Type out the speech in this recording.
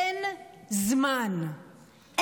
אין זמן.